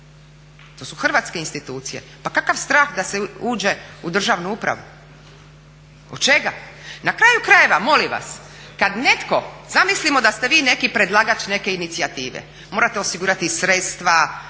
To su hrvatske institucije. Pa kakav strah da se uđe u državnu upravu? Od čega? Na kraju krajeva, molim vas, kada netko, zamislimo da ste vi neki predlagač neke inicijative, morate osigurati i sredstva,